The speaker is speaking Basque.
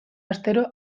astero